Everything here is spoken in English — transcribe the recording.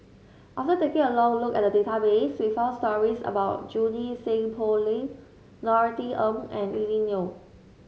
after taking a long look at the database we found stories about Junie Sng Poh Leng Norothy Ng and Lily Neo